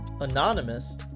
Anonymous